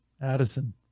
Addison